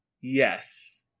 Yes